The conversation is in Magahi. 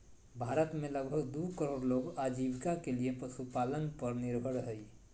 भारत में लगभग दू करोड़ लोग आजीविका के लिये पशुपालन पर निर्भर हइ